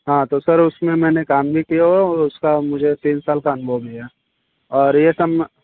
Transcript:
हाँ तो सर उसमें मैंने काम भी किया हुआ है और उसका मुझे तीन साल का अनुभव भी है और ये सब